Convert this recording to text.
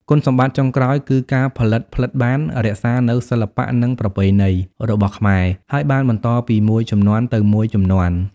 គុណសម្បត្តិចុងក្រោយគឺការផលិតផ្លិតបាន រក្សានូវសិល្បៈនិងប្រពៃណី របស់ខ្មែរ ហើយបានបន្តពីមួយជំនាន់ទៅមួយជំនាន់។